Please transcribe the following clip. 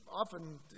often